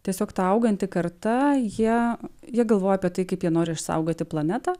tiesiog ta auganti karta jie jie galvoja apie tai kaip jie nori išsaugoti planetą